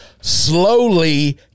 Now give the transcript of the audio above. Slowly